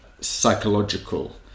psychological